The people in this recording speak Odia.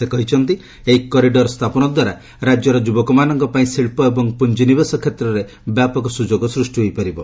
ସେ କହିଛନ୍ତି ଏହି କରିଡର ସ୍ଥାପନ ଦ୍ୱାରା ରାଜ୍ୟର ଯୁବକମାନଙ୍କ ପାଇଁ ଶିଳ୍ପ ଏବଂ ପୁଞ୍ଜିନିବେଶ କ୍ଷେତ୍ରରେ ବ୍ୟାପକ ସ୍ୱଯୋଗ ସୃଷ୍ଟି ହୋଇପାରିବ